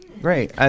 Great